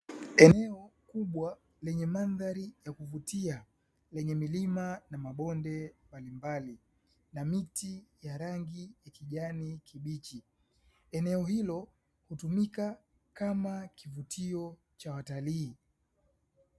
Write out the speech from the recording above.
Eneo kubwa lenye mandhari ya kuvutia, lenye milima na mabonde mbalimbali, na miti ya rangi ya kijani kibichi. Eneo hilo hutumika kama kivutio cha watalii.